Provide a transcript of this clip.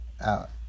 out